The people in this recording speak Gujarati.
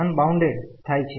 આ અનબાઉન્ડેડ થાય છે